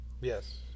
Yes